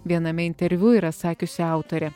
viename interviu yra sakiusi autorė